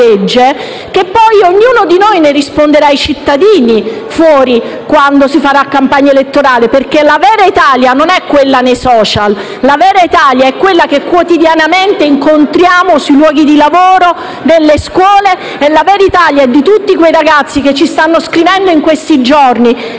che poi ognuno di noi ne risponderà ai cittadini fuori durante la campagna elettorale. La vera Italia non è quella dei *social*, ma è quella che quotidianamente incontriamo sui luoghi di lavoro, nelle scuole. La vera Italia è di tutti quei ragazzi che ci stanno scrivendo in questi giorni.